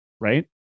right